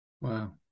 Wow